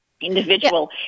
individual